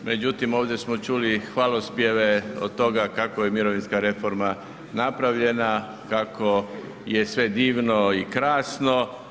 Međutim, ovdje smo čuli hvalospjeve od toga kako je mirovinska reforma napravljena, kako je sve divno i krasno.